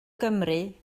gymru